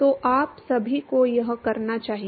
तो आप सभी को यह करना चाहिए